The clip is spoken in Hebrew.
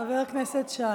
חבר הכנסת שי.